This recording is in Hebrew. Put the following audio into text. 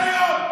עד היום.